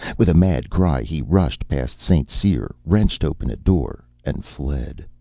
with a mad cry he rushed past st. cyr, wrenched open a door, and fled.